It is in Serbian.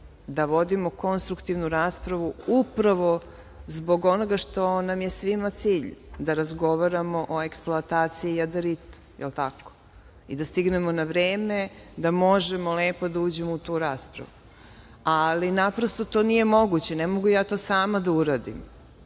da vodimo konstruktivnu raspravu upravo zbog onoga što nam je svima cilj – da razgovaramo o eksploataciji jadarit, jer tako, i da stignemo na vreme da možemo lepo da uđemo u tu raspravu, ali naprosto to nije moguće, ne mogu ja to sama da uradim.